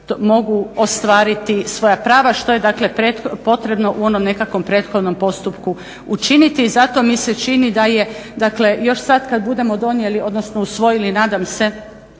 mogu ostvariti svoja prava, što je dakle potrebno u onom nekakvom prethodnom postupku učiniti. I zato mi se čini da je dakle još sad kad budemo donijeli, odnosno usvojili nadam se